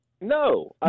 No